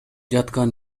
жаткан